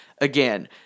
again